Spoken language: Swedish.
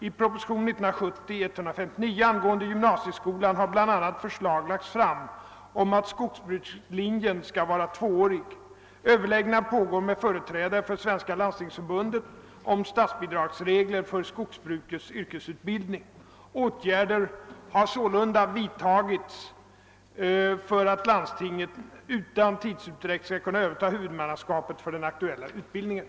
I propositionen 159 år 1970 angående gymnasieskolan har bl.a. förslag lagts fram om att skogsbrukslinjen skall vara tvåårig. Överläggningar pågår med företrädare för Svenska landstingsförbundet om statsbidragsregler för skogsbrukets yrkesutbildning. Åtgärder har sålunda vidtagits för att landstingen utan tidsutdräkt skall kunna överta huvudmannaskapet för den aktuella utbildningen.